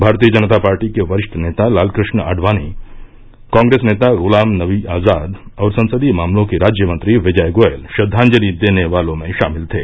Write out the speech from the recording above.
भारतीय जनता पार्टी के वरिष्ठ नेता लालकृष्ण आडवाणी कांग्रेस नेता गुलाम नवी आजाद और संसदीय मामलों के राज्यमंत्री विजय गोयल श्रद्वांजलि देने वालों में शामिल थे